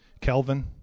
Kelvin